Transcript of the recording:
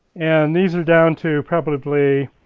and these are down to, probably,